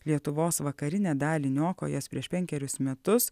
lietuvos vakarinę dalį niokojęs prieš penkerius metus